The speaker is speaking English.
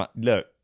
Look